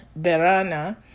berana